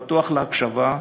פתוח להקשבה.